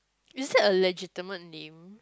is that a legitimate name